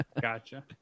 Gotcha